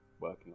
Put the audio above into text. working